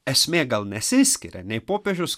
esmė gal nesiskiria nei popiežius